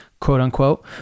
quote-unquote